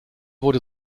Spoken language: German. wurde